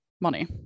money